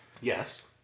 yes